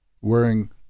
wearing